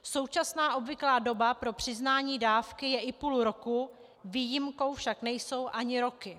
Současná obvyklá doba pro přiznání dávky je i půl roku, výjimkou však nejsou ani roky.